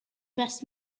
best